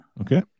Okay